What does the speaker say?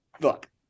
look